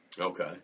Okay